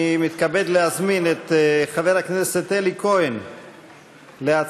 אני מתכבד להזמין את חבר הכנסת אלי כהן להציג